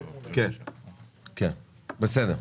בסדר.